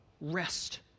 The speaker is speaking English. rest